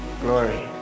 glory